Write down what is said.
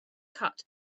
cut